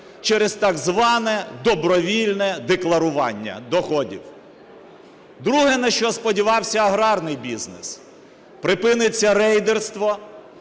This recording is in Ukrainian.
через так зване добровільне декларування доходів. Друге, на що сподівався аграрний бізнес: припиниться рейдерство,